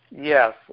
Yes